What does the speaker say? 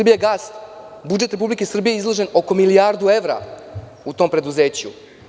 Budžet Republike Srbije je izložen oko milijardu evra u tom preduzeću.